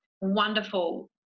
wonderful